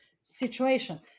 situation